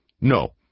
No